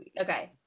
Okay